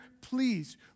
please